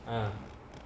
ah